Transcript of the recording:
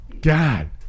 God